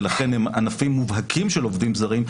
ולכן הם ענפים מובהקים של עובדים זרים.